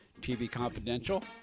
tvconfidential